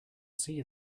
see